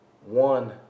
One